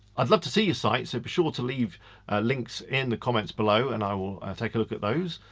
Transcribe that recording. i'd love to see your site so be sure to leave links in the comments below and i will take a look at those.